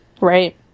Right